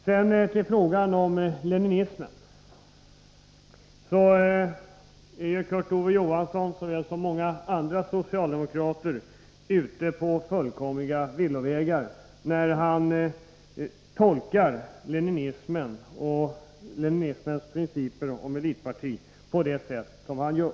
Sedan till frågan om leninismen. Kurt Ove Johansson är, såväl som många andra socialdemokrater, fullständigt ute på villovägar när han tolkar leninismen och leninismens principer om elitpartier på det sätt som han gör.